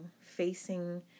facing